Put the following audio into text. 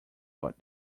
but